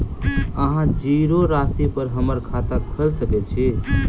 अहाँ जीरो राशि पर हम्मर खाता खोइल सकै छी?